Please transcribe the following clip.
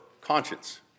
conscience